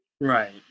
Right